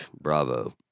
Bravo